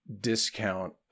Discount